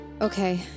Okay